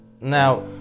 Now